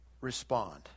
respond